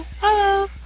Hello